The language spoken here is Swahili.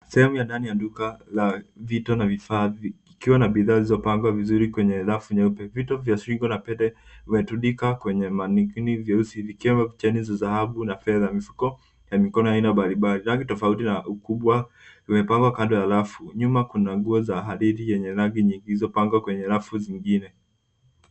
Sehemu ya ndani ya duka la vito na vifaa, ikiwa na bidhaa zilizopangwa vizuri kwenye rafu nyeupe. Vito vya shingo la pete vimetundikwa kwenye manikini vyeusi vikiwa na cheni za dhahabu na fedha. Mifuko na mikono ya aina mbalimbali, rangi tofauti na ukubwa, vimepangwa kando ya rafu. Nyuma kuna nguo za hadithi yenye rangi nyingi, zilizopangwa kwenye rafu zingine.